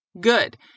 good